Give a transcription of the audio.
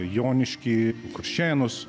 joniškį kuršėnus